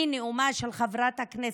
מנאומה של חברת הכנסת,